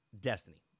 Destiny